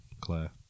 Claire